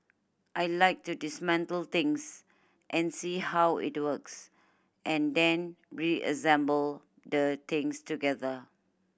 I like to dismantle things and see how it works and then reassemble the things together